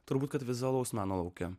turbūt kad vizualaus meno lauke